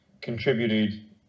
contributed